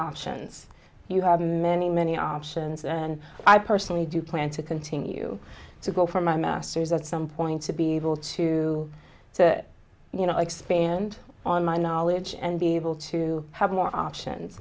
options you have many many options and i personally do plan to continue to go for my masters at some point to be able to you know expand on my knowledge and be able to have more options